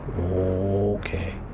Okay